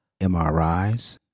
MRIs